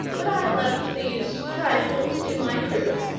but i left these trifles to my crew,